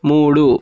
మూడు